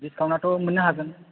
दिसखाउन्टआथ' मोननो हागोन